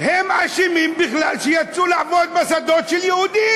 הם בכלל האשמים שיצאו לעבוד בשדות של יהודים.